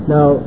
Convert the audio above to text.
Now